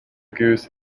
goose